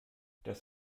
das